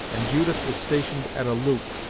and judith was stationed at a loop,